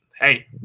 Hey